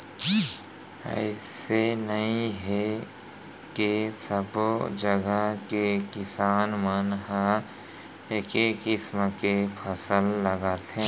अइसे नइ हे के सब्बो जघा के किसान मन ह एके किसम के फसल लगाथे